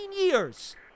years